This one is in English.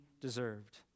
deserved